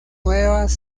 nuevas